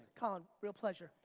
colin, real pleasure.